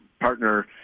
partner